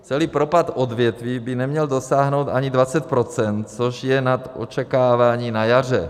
Celý propad odvětví by neměl dosáhnout ani 20 %, což je nad očekávání na jaře.